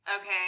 Okay